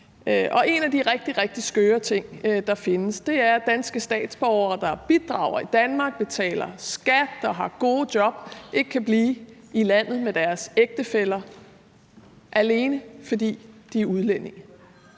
rigtig, rigtig skøre ting, der findes, er, at danske statsborgere, der bidrager i Danmark, betaler skat og har gode job, ikke kan blive i landet med deres ægtefæller, alene fordi de er udlændinge.